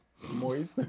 Moist